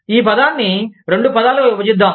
ఈ పదాన్ని రెండు పదాలుగా విభజిద్దాం